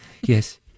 yes